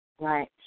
Right